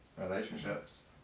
Relationships